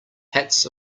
hats